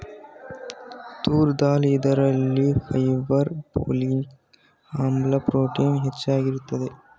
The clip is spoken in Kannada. ತೂರ್ ದಾಲ್ ಇದರಲ್ಲಿ ಫೈಬರ್, ಪೋಲಿಕ್ ಆಮ್ಲ, ಪ್ರೋಟೀನ್ ಹೆಚ್ಚಾಗಿರುತ್ತದೆ